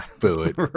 food